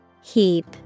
Heap